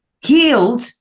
healed